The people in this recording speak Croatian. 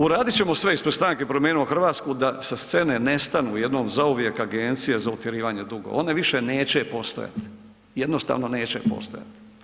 Uradit ćemo sve ispred stranke Promijenimo Hrvatsku da sa scene nestanu jednom zauvijek agencije za utjerivanje dugova, one više neće postojati, jednostavno neće postojati.